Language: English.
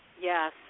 Yes